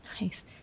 Nice